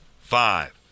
five